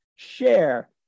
Share